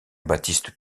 baptiste